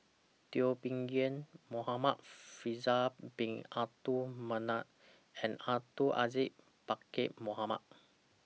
Teo Bee Yen Muhamad Faisal Bin Abdul Manap and Abdul Aziz Pakkeer Mohamed